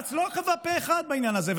בג"ץ לא קבע פה אחד בעניין הזה,